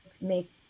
make